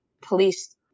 police